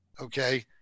okay